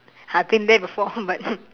I've been there before but